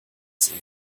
sehen